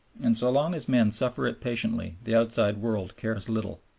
and so long as men suffer it patiently the outside world cares little.